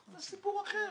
זה סיפור אחר.